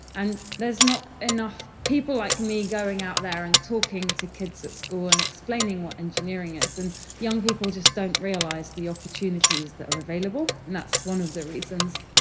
and there's not enough people like me going out there and talking to kids at school and explaining what engineering is. and young people just don't realise the opportunities that are available, and that's one of the reasons.